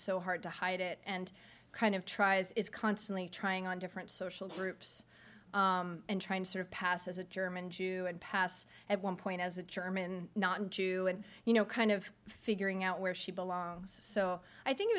so hard to hide it and kind of tries is constantly trying on different social groups and trying to sort of pass as a german jew and pass at one point as a german not jew and you know kind of figuring out where she belongs so i think it